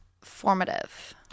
Formative